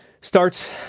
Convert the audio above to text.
starts